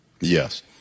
Yes